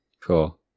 cool